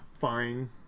fine